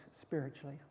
spiritually